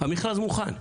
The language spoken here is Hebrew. המכרז מוכן,